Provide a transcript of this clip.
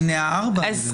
הינה, הארבע האלה.